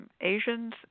Asians